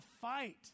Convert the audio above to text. fight